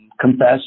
confess